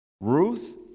Ruth